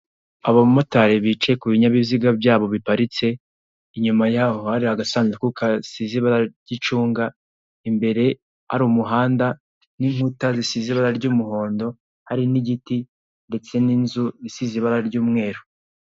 Abo bamatari bicaye ku binyabiziga byabo biparitse, inyuma yaho hari agasanduku gasize ibara ry'icunga, imbere hari umunda n'inkuta zisize ibara ry'umuhondo, hari n'igiti ndetse n'inzu isize ibara ry'umweru.